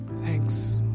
Thanks